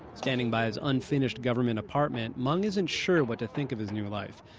standing by his unfinished government apartment, meng isn't sure what to think of his new life.